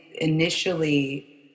initially